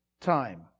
time